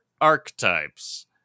archetypes